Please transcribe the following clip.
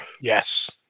Yes